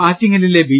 ആറ്റിങ്ങലിലെ B